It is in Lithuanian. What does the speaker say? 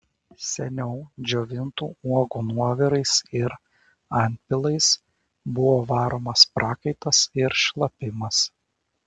seniau džiovintų uogų nuovirais ir antpilais buvo varomas prakaitas ir šlapimas